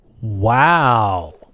wow